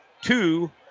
Two